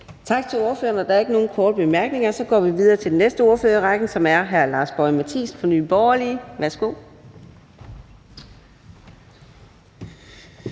Tak til ordføreren. Der er ikke nogen korte bemærkninger. Så går vi videre til den næste ordfører i rækken, som er hr. Lars Boje Mathiesen fra Nye Borgerlige. Værsgo.